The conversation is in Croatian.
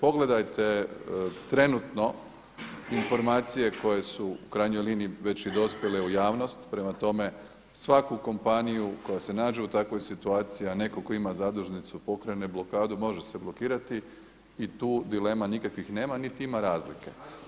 Pogledajte trenutno informacije koje su u krajnjoj liniji već i dospjele u javnost, prema tome svaku kompaniju koja se nađe u takvoj situaciji, a netko tko ima zadužnicu pokrene blokadu može se blokirati i tu nikakvih dilema nema niti ima razlike.